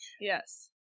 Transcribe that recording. Yes